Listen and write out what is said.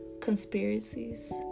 conspiracies